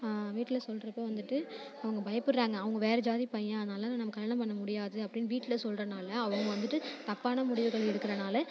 வீட்டில் சொல்றப்போ வந்துட்டு அவங்க பயப்பட்றாங்க அவங்க வேறு ஜாதி பையன் அதனாலே நம்ம கல்யாணம் பண்ண முடியாது அப்படின்னு வீட்டில் சொல்றனாலே அவங்க வந்துட்டு தப்பான முடிவுகள் எடுக்கிறனால